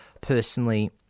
personally